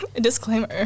Disclaimer